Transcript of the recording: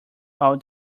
all